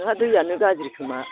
नोंहा दैयानो गाज्रि खोमा